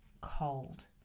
cold